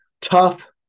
Tough